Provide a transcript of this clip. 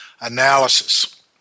Analysis